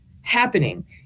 happening